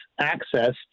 access